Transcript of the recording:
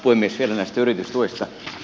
vielä näistä yritystuista